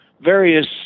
various